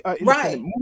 right